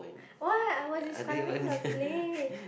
why I was describing the place